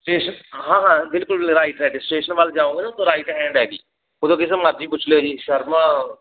station ਹਾਂ ਹਾਂ ਬਿਲਕੁਲ ਰਾਇਟ ਸਟੇਸ਼ਨ ਵੱਲ ਜਾਓਗੇ ਨਾ ਤਾਂ ਰਾਈਟ ਹੈਂਡ ਹੈਗੀ ਉਦੋਂ ਕਿਸੇ ਮਰਜ਼ੀ ਪੁੱਛ ਲਿਓ ਜੀ ਸ਼ਰਮਾ